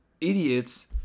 idiots